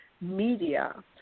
Media